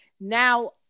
Now